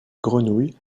grenouilles